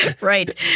Right